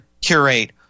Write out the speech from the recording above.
curate